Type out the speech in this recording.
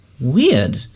weird